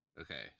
Okay